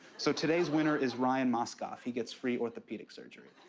so, today's winner is ryan mauskopf. he gets free orthopedic surgery.